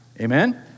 Amen